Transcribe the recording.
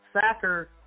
Sacker